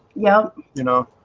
yeah, you know,